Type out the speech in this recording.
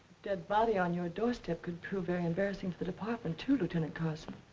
dead body on your doorstep can prove very embarrassing for the department, too, lieutenant carson.